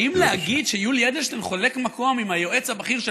האם להגיד שיולי אדלשטיין חולק מקום עם היועץ הבכיר של